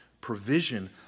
provision